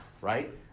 right